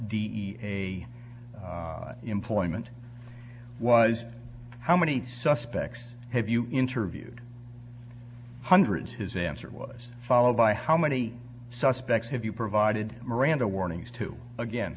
a employment was how many suspects have you interviewed hundreds his answer was followed by how many suspects have you provided miranda warnings to again